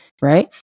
right